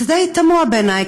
זה די תמוה בעיניי,